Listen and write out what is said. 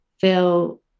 feel